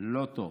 לא טוב.